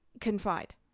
Confide